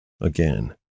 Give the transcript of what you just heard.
again